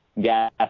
gas